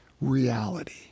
reality